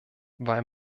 weil